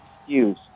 excuse